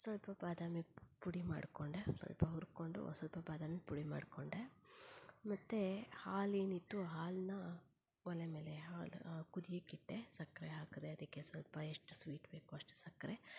ಸ್ವಲ್ಪ ಬಾದಾಮಿ ಪುಡಿ ಮಾಡಿಕೊಂಡೆ ಸ್ವಲ್ಪ ಹುರ್ಕೊಂಡು ಒಂದ್ಸಲ್ಪ ಬಾದಾಮಿ ಪುಡಿ ಮಾಡಿಕೊಂಡೆ ಮತ್ತೆ ಹಾಲೇನಿತ್ತು ಹಾಲನ್ನ ಒಲೆ ಮೇಲೆ ಹಾಲು ಕುದಿಯೋಕಿಟ್ಟೆ ಸಕ್ಕರೆ ಹಾಕಿದೆ ಅದಕ್ಕೆ ಸ್ವಲ್ಪ ಎಷ್ಟು ಸ್ವೀಟ್ ಬೇಕು ಅಷ್ಟು ಸಕ್ಕರೆ